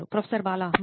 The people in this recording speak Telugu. ప్రొఫెసర్ బాలా హమ్